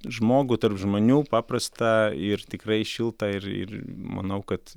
žmogų tarp žmonių paprastą ir tikrai šiltą ir ir manau kad